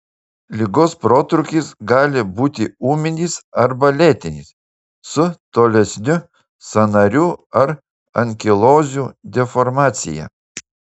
ligos protrūkis gali būti ūminis arba lėtinis su tolesniu sąnarių ar ankilozių deformacija